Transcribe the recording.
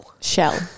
Shell